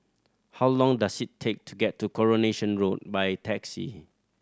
how long does it take to get to Coronation Road by taxi